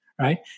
Right